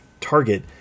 Target